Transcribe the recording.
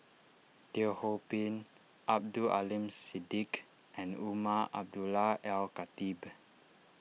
Teo Ho Pin Abdul Aleem Siddique and Umar Abdullah Al Khatib